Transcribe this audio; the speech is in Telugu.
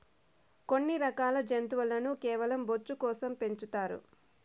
కొన్ని రకాల జంతువులను కేవలం బొచ్చు కోసం పెంచుతారు